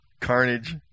carnage